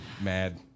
mad